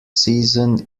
season